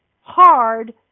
hard